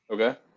Okay